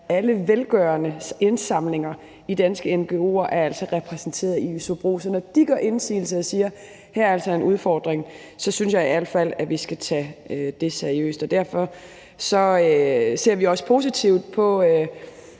alle velgørende indsamlinger i danske ngo'er er altså repræsenteret i ISOBRO. Så når de gør indsigelse og siger, at her er altså en udfordring, så synes jeg i al fald, at vi skal tage det seriøst. Derfor ser vi også positivt på,